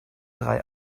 drei